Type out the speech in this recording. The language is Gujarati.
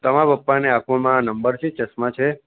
તમારા પપ્પાને આંખોમાં નંબર છે ચશ્માં છે